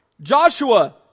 Joshua